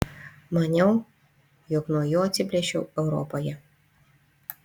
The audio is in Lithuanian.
maniau jog nuo jo atsiplėšiau europoje